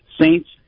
Saints